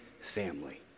family